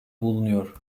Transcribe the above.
bulunuyor